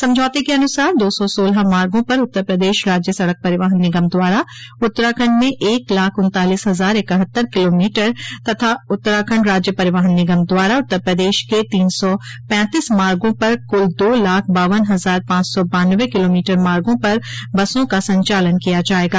समझौते के अनुसार दो सौ सोलह मार्गो पर उत्तर प्रदेश राज्य सड़क परिवहन निगम द्वारा उत्तराखंड में एक लाख उन्तालीस हजार इकहत्तर किलोमीटर तथा उत्तराखंड राज्य परिवहन निगम द्वारा उत्तर प्रदेश के तीन सौ पैंतीस मार्गो पर कूल दो लाख बावन हजार पांच सौ बान्नवे किलोमीटर मार्गो पर बसों का संचालन किया जायेगा